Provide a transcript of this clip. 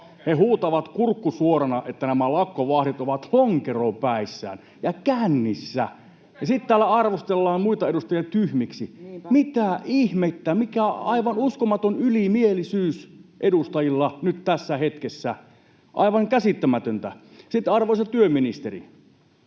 He huutavat kurkku suorana, että nämä lakkovahdit ovat lonkeropäissään ja kännissä, [Miko Bergbom: Lukekaa lehdestä!] ja sitten täällä arvostellaan muita edustajia tyhmiksi. Mitä ihmettä? Mikä aivan uskomaton ylimielisyys edustajilla nyt tässä hetkessä, aivan käsittämätöntä. Sitten, arvoisa työministeri,